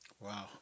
wow